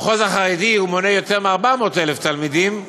המחוז החרדי מונה יותר מ-400,000 תלמידים,